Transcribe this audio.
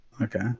Okay